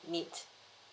meet